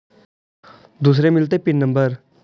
दुसरे मिलतै pin number?